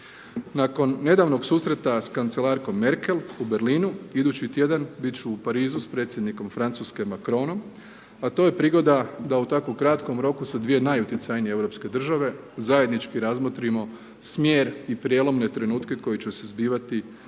Nakon nedavnog susreta sa kancelarkom Merkel u Berlinu, idući tjedan bit ću u Parizu s predsjednik Francuske Macronom, a to je prigoda da u tako kratko roku sa dvije najutjecajnije europske države, zajednički razmotrimo smjer i prijelomne trenutke koji će se zbivati